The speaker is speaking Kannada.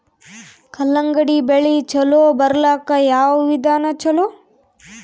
ಕಲ್ಲಂಗಡಿ ಬೆಳಿ ಚಲೋ ಬರಲಾಕ ಯಾವ ವಿಧಾನ ಚಲೋ?